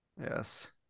Yes